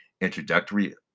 introductory